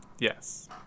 Yes